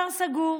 נותר סגור?